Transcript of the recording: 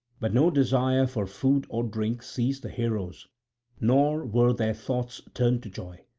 but no desire for food or drink seized the heroes nor were their thoughts turned to joy.